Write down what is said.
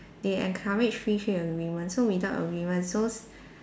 they encourage free trade agreement so without agreement so